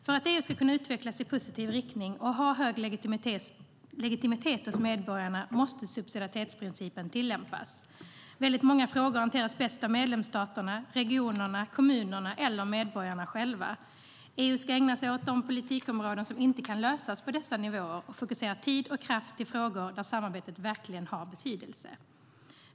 För att EU ska kunna utvecklas i positiv riktning och ha hög legitimitet hos medborgarna måste subsidiaritetsprincipen tillämpas. Väldigt många frågor hanteras bäst av medlemsstaterna, regionerna, kommunerna eller medborgarna själva. EU ska ägna sig åt de politikområden som inte kan lösas på dessa nivåer och fokusera tid och kraft på frågor där samarbetet verkligen har betydelse.